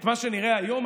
את מה שנראה היום,